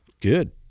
Good